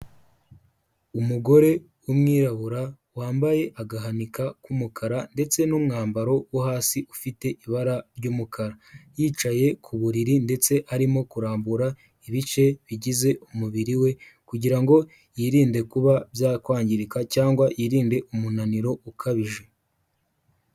Umugore w'umwirabura wambaye agahanika k'umukara ndetse n'umwambaro wo hasi ufite ibara ry'umukara, yicaye ku buriri ndetse arimo kurambura ibice bigize umubiri we kugira ngo yirinde kuba byakwangirika cyangwa yirinde umunaniro ukabije.